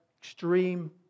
extreme